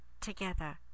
together